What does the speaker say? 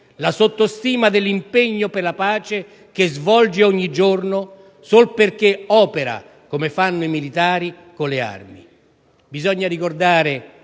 la sottostima dell'impegno per la pace che svolge ogni giorno, sol perché opera, come fanno i militari, con le armi. Bisognerebbe ricordare